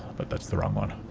but that's the wrong one.